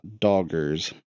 doggers